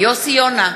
יוסי יונה,